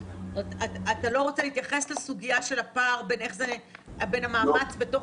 אתה לא רוצה להתייחס לסוגיה של הפער בין המאמץ בתוך